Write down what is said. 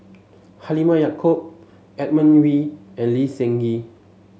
Halimah Yacob Edmund Wee and Lee Seng Gee